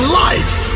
life